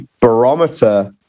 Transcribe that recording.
barometer